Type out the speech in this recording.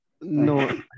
No